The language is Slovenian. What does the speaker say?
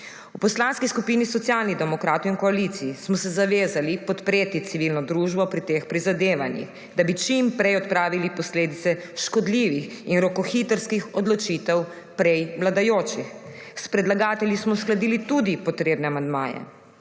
V Poslanski skupini Socialnih demokratov in koaliciji smo se zavezali podpreti civilno družbo pri teh prizadevanjih, da bi čim prej odpravili posledice škodljivih in rokohitrskih odločitev prej vladajočih. S predlagatelji smo uskladili tudi potrebne amandmaje.